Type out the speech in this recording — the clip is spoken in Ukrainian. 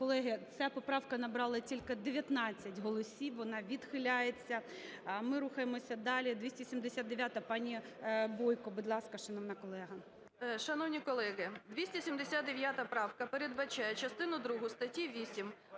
Колеги, ця поправка набрала тільки 19 голосів, вона відхиляється. Ми рухаємося далі. 279-а, пані Бойко. Будь ласка, шановна колега. 10:18:39 БОЙКО О.П. Шановні колеги! 279 правка передбачає частину другу статті 8